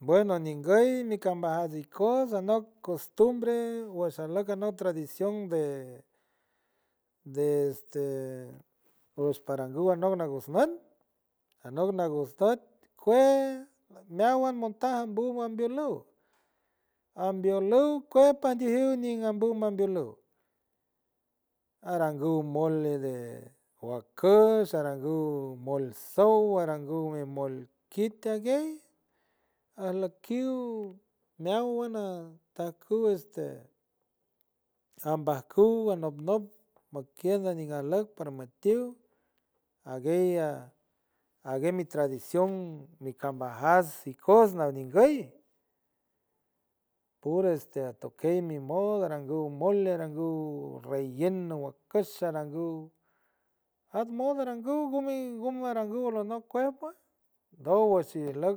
Bueno nguy nicambajat ikoots anock costumbre washaulack anock tradición de, de este pues parangu anock nangus nuty, anock nangus nuty cue meowan montaja mbu mambielu, ambielu cuot patijuot ñingambut mambielo arangu mole de huacuch arangu mole sow, arangu mole kite aguey alaik kiuw meowan antaku este ambajkut anop noe majkiend ñigalu paramateow aguey a ague mi tradición mi combajats ikoots naniguy puro este atokey mi mol marangu mole, arangu relleno huecush arangu atmo, arangu gomie, gomie arangu gonalo ujkiew puedo wi shilaw